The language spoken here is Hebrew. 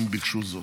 אם ביקשו זאת.